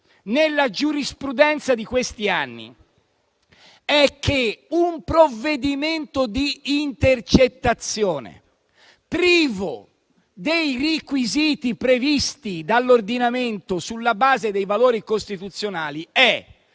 nella giurisprudenza di questi anni è che un provvedimento di intercettazione privo dei requisiti previsti dall'ordinamento sulla base dei valori costituzionali è